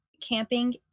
camping